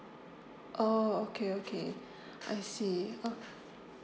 oh okay okay I see oh